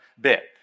bit